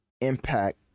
impact